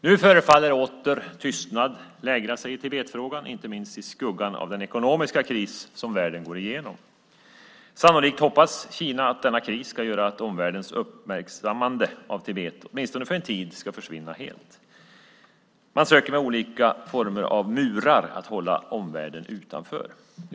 Nu förefaller tystnaden åter lägra sig i Tibetfrågan, inte minst i skuggan av den ekonomiska kris som världen går igenom. Sannolikt hoppas Kina att denna kris ska göra att omvärldens uppmärksammande av Tibet ska försvinna helt, åtminstone för en tid. Man försöker att med olika former av murar hålla omvärlden utanför.